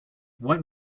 what